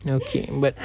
ya okay but